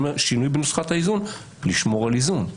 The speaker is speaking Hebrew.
אני אומר שינוי בנוסחת האיזון לשמור על איזון.